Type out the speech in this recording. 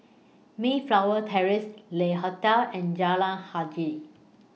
Mayflower Terrace Le Hotel and Jalan Hajijah